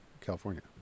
California